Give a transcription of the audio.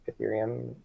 Ethereum